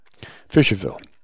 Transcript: Fisherville